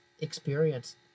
experience